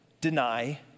deny